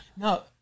No